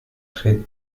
très